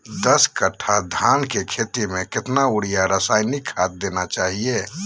दस कट्टा धान की खेती में कितना यूरिया रासायनिक खाद देना चाहिए?